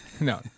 No